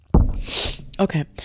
okay